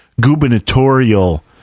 gubernatorial